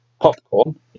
Popcorn